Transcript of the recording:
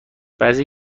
بعضی